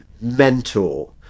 mentor